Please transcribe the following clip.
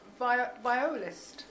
violist